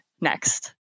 next